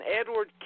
Edward